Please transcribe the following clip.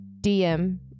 DM